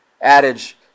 adage